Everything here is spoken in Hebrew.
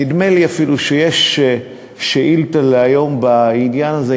נדמה לי אפילו שיש שאילתה להיום בעניין הזה,